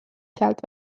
sealt